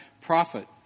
prophet